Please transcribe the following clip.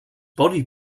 body